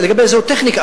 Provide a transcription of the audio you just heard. לגבי זו טכניקה,